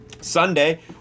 Sunday